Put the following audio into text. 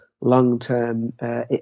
long-term